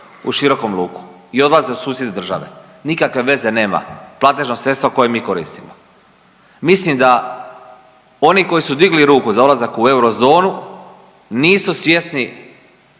u širokom luku i odlaze u susjedne države. Nikakve veze nema platežno sredstvo koje mi koristimo. Mislim da oni koji su digli ruku za ulazak u eurozonu nisu svjesni